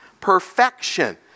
Perfection